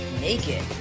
naked